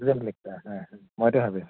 হয় হয় মই এইটোৱেই ভাবি আছিলোঁ